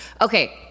okay